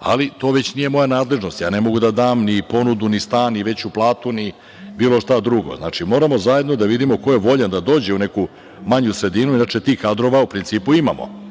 ali to već nije moja nadležnosti i ja ne mogu da dam, ni ponudu ni stan ni veću platu, ni bilo šta drugo. Znači, moramo zajedno da vidimo ko je voljan da dođe u neku manju sredinu, inače tih kadrova u principu imamo. Ako